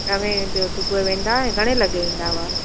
नवें जो सुबूह जो वेंदा हुआ ऐं घणे लॻे ईंदा हुआ